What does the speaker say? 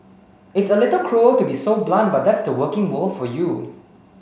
it's a little cruel to be so blunt but that's the working world for you